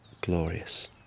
glorious